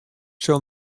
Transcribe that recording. sil